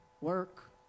work